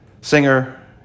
singer